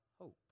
hope